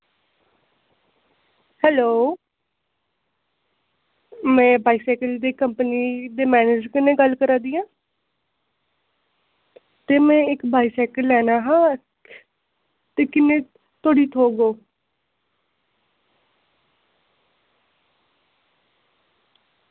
hello में bicycle दी company दी मैनेज कन्नै गल्ल करा नी आं ते में इक बाईसैकल लैना हा ते किन्ने धोड़ी थ्होग ओह्